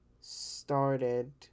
started